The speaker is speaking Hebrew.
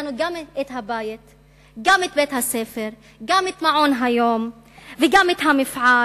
גם את בית-הספר, גם את מעון-היום וגם את המפעל,